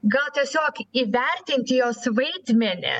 gal tiesiog įvertinti jos vaidmenį